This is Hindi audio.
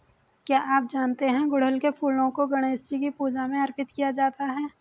क्या आप जानते है गुड़हल के फूलों को गणेशजी की पूजा में अर्पित किया जाता है?